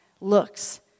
looks